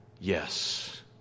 Yes